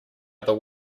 other